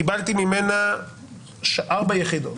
קיבלתי ממנה ארבע יחידות